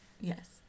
Yes